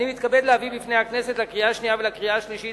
אני מתכבד להביא בפני הכנסת לקריאה שנייה ולקריאה שלישית